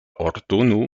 ordono